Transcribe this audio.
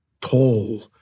tall